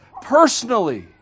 personally